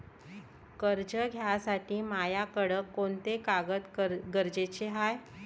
कर्ज घ्यासाठी मायाकडं कोंते कागद गरजेचे हाय?